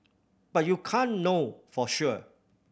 but you can't know for sure